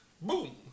Boom